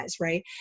right